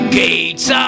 gates